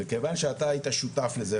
וכיוון שאתה היית שותף לזה,